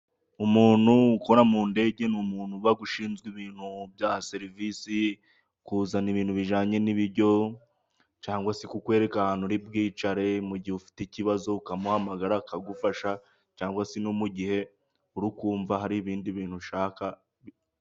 Umuntu ukora mu ndege ni umuntu uba ushinzwe ibintu mu byaha serivisi. Kuzana ibintu bijyanye n'ibyo kurya cyangwa se kukwereka ahantu uri bwicare. Mu gihe ufite ikibazo ukamuhamagara akagufasha cyangwa se no mu gihe uri kumva hari ibindi bintu ushaka.